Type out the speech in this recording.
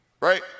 right